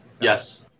Yes